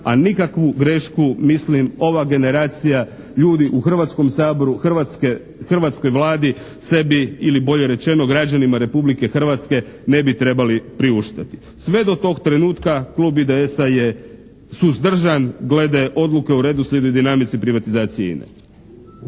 a nikakvu grešku mislim ova generacija ljudi u Hrvatskom saboru, hrvatskoj Vladi sebi ili bolje rečeno građanima Republike Hrvatske ne bi trebali priuštiti. Sve do tog trenutka Klub IDS-a je suzdržan glede odluke o redoslijedu i dinamici privatizacije INA-e.